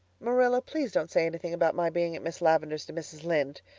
marilla, please don't say anything about my being at miss lavendar's to mrs. lynde.